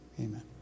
Amen